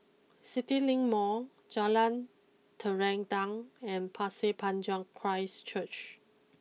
CityLink Mall Jalan Terentang and Pasir Panjang Christ Church